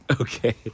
Okay